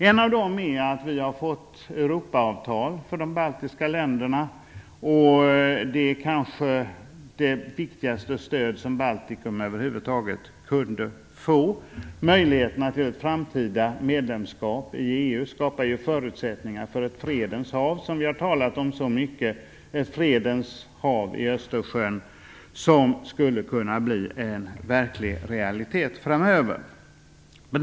En av dem är att vi har fått ett Europaavtal för de baltiska länderna. Det är kanske det viktigaste stöd som Baltikum över huvud taget kunde få. Möjligheterna till ett framtida medlemskap i EU skapar förutsättningar för att göra Östersjön till ett fredens hav, som vi har talat om så mycket. Detta skulle kunna bli en realitet framöver.